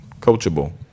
coachable